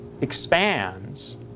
expands